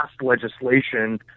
legislation